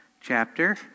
chapter